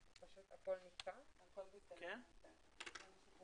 סך הכול יש 88 בתי ספר